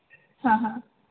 हँ हँ